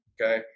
Okay